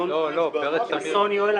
חסון יואל,